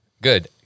Good